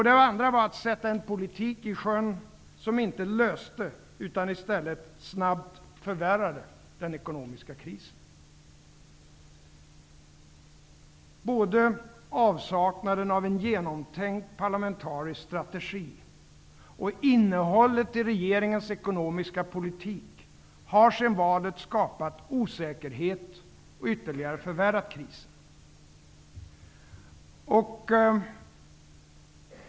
Det andra var att sätta en politik i sjön som inte löste, utan i stället snabbt förvärrade, den ekonomiska krisen. Både avsaknaden av en genomtänkt parlamentarisk strategi och innehållet i regeringens ekonomiska politik har sedan valet skapat osäkerhet och ytterligare förvärrat krisen.